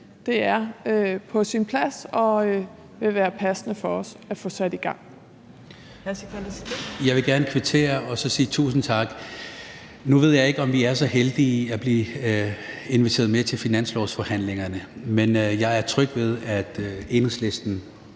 Siddique. Kl. 22:46 Sikandar Siddique (UFG): Jeg vil gerne kvittere og sige tusind tak. Nu ved jeg ikke, om vi er så heldige at blive inviteret med til finanslovsforhandlingerne, men jeg er tryg ved, at Enhedslisten,